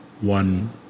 One